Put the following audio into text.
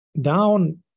down